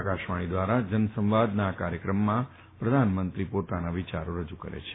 આકાશવાણી ધ્વારા જનસંવાદના આ કાર્યક્રમમાં પ્રધાનમંત્રી પોતાના વિયારો રજુ કરે છે